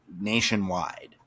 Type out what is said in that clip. nationwide